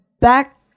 back